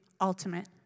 ultimate